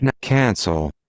cancel